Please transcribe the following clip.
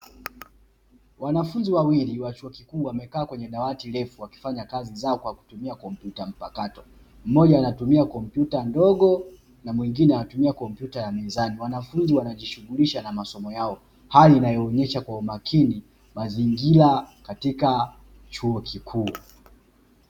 Wanafunzi wawili wa chuo kikuu wamekaa kwenye dawati refu, wakifanya kazi zao kwa kutumia kompyuta mpakato. Mmoja anatumia kompyuta ndogo na mwingine anatumia kompyuta ya mezani. Wanafunzi wanajishughulisha na masomo yao, hali inayoonyesha kwa umakini mazingira katika chuo kikuu.